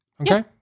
Okay